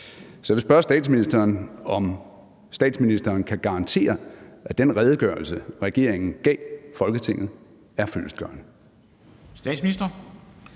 Så jeg vil spørge statsministeren, om statsministeren kan garantere, at den redegørelse, regeringen gav Folketinget, er fyldestgørende.